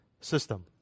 system